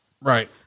Right